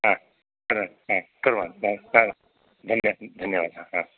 ह कुर्वन् ह कुर्वन् ह धन्यवादः ह